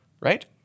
right